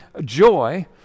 joy